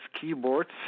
keyboards